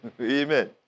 Amen